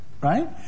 right